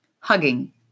Hugging